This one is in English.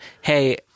hey